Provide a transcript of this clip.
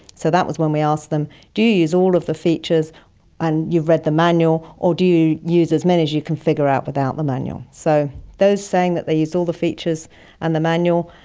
so that was when we asked them do you use all of the features and you've read the manual, or do you use as many as you can figure out without the manual? so those saying that they used all the features and the manual,